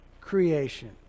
creation